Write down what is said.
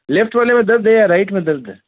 left वाले में दर्द है या राइट में दर्द है